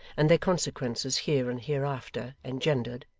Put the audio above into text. and their consequences here and hereafter, engendered,